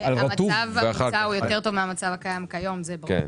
המצב המוצע יותר טוב מהמצב הקיים היום, זה ברור.